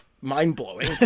mind-blowing